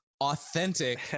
authentic